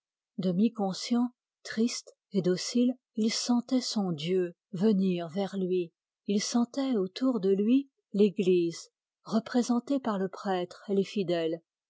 demi conscient triste et docile il sentait son dieu venir vers lui il sentait autour de lui l'église représentée par le prêtre et les fidèles